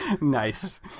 Nice